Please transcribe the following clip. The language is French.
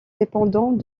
dépendant